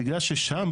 בגלל ששם,